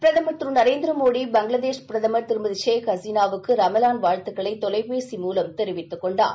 பிரதமர் திரு நரேந்திர மோடி வங்க தேசப் பிரதமர் ஷேக் ஹசீனாவுக்கு ரமலான் வாழ்த்துக்களை தொலைபேசி மூலம் தெரிவித்துக்கொண்டார்